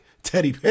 Teddy